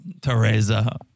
Teresa